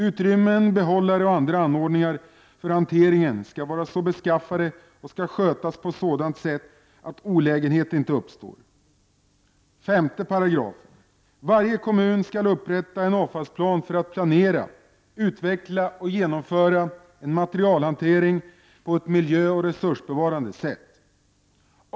Utrymmen, behållare och andra anordningar för hanteringen skall vara så beskaffade och skall skötas på sådant sätt att olägenhet inte uppstår. 5§. Varje kommun skall upprätta en avfallsplan för att planera, utveckla och genomföra en materialhantering på ett miljöoch resursbevarande sätt.